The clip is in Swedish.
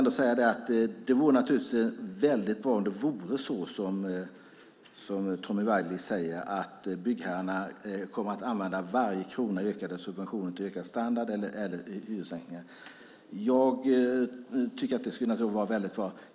Det vore väldigt bra om det vore som Tommy Waidelich säger att byggherrarna kommer att använda varje krona i ökade subventioner till ökad standard eller hyressänkningar. Jag tycker att det vore väldigt bra.